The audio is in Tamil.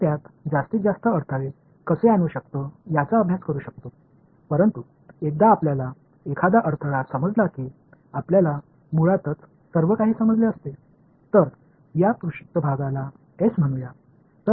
பின்னர் மேலும் மேலும் தடைகளை எவ்வாறு கொண்டு வருவது என்பதைப் பற்றி நாம் படிக்கலாம் ஆனால் ஒரு தடையை நாம் புரிந்துகொண்டவுடன் எல்லாவற்றையும் நாம் புரிந்துகொண்டிருப்போம் எல்லாவற்றையும் இந்த மேற்பரப்பு S என்று அழைப்போம்